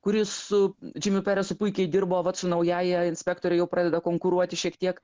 kuri su džimiu peresu puikiai dirbo vat su naująja inspektore jau pradeda konkuruoti šiek tiek